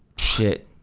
shit,